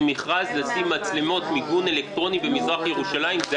זה מכרז על לשים מצלמות מיגון אלקטרוניות במזרח ירושלים.